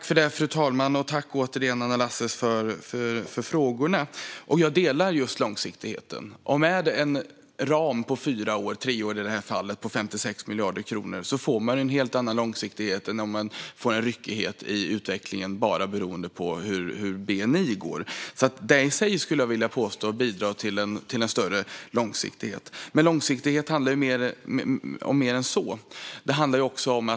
Fru talman! Jag instämmer när det gäller just långsiktigheten. Med en ram på 56 miljarder kronor över fyra år, i det här fallet tre år, får man en helt annan långsiktighet än den ryckighet i utvecklingen man får när det bara beror på hur det går med bni:n. Det i sig vill jag påstå bidrar till bättre långsiktighet. Men långsiktighet handlar om mer än så.